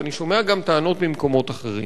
ואני שומע גם טענות ממקומות אחרים,